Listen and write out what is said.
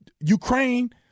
ukraine